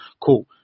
cool